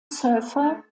surfer